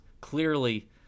clearly